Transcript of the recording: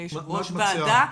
כיושב ראש ועדה,